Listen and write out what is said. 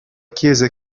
chiese